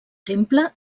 temple